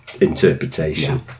interpretation